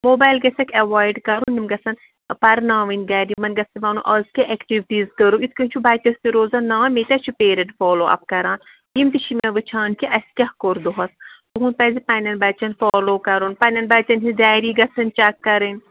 mobile گژھٮ۪کھ avoid کَرُن یِم گژھن پَرناوٕنۍ گَرِ یِمَن گژھِ وَنُن آز کیاہ ایٚکٹِوٹیٖز کَرو اِتھ کٔنۍ چھُ بَچَس تہِ روزَن نا مےٚ تےٚ چھِ پیرنٛٹ فالو اَپ کَران یِم تہِ چھِ مےٚ وٕچھان کہِ اَسہِ کیٛاہ کوٚر دۄہَس تُہنٛد پَزِ پنٛنٮ۪ن بَچَن فالو کَرُن پنٛنٮ۪ن بَچَن ہِنٛز ڈایری گژھن چیک کَرٕنۍ